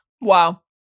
Wow